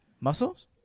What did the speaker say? Muscles